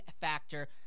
factor